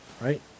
Right